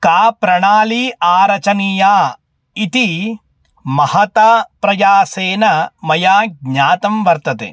का प्रणाली आरचनीया इति महताप्रयासेन मया ज्ञातं वर्तते